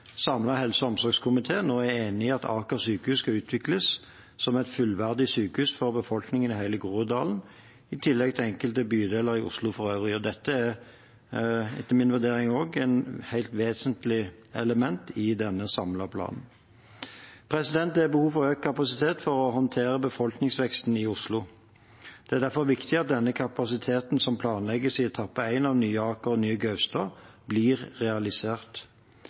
helse- og omsorgskomité nå er enig i at Aker sykehus skal utvikles som et fullverdig sykehus for befolkningen i hele Groruddalen i tillegg til enkelte bydeler i Oslo for øvrig. Det er etter min vurdering også et helt vesentlig element i den samlede planen. Det er behov for økt kapasitet for å håndtere befolkningsveksten i Oslo. Det er derfor viktig at den kapasiteten som planlegges i etappe 1 av Nye Aker og Nye Gaustad, blir realisert.